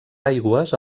aigües